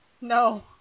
no